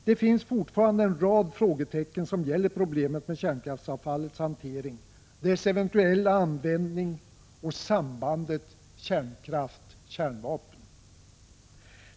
Det finns fortfarande en rad frågetecken som gäller problemet med kärnkraftsavfallets hantering, dess eventuella användning och sambandet kärnkraft-kärnvapen.